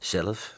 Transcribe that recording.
Zelf